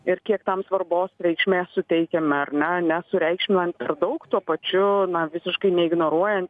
ir kiek tam svarbos reikšmės suteikiama ar ne nesureikšminant per daug tuo pačiu na visiškai neignoruojant